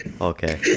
Okay